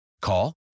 Call